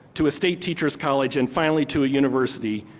to a state teachers college and finally to a university.